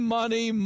money